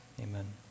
amen